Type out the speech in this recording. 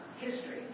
history